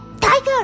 Tiger